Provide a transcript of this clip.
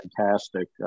fantastic